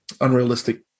unrealistic